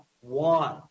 one